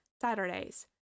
Saturdays